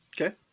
Okay